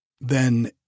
Then